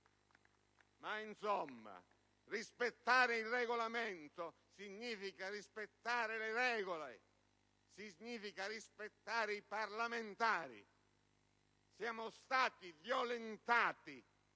Insomma, rispettare il Regolamento significa rispettare le regole, significa rispettare i parlamentari! Siamo stati violentati